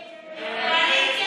טיבי,